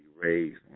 raised